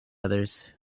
others